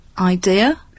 idea